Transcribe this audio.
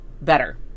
better